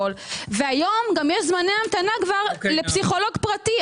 היום גם יש כבר זמני המתנה לפסיכולוג פרטי,